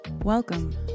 Welcome